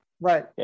Right